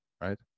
right